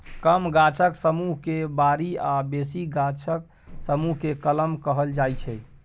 कम गाछक समुह केँ बारी आ बेसी गाछक समुह केँ कलम कहल जाइ छै